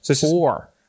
four